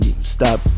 stop